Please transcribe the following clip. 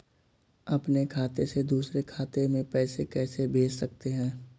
अपने खाते से दूसरे खाते में पैसे कैसे भेज सकते हैं?